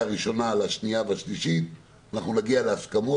הראשונה לקריאה השנייה והשלישית אנחנו נגיע להסכמות,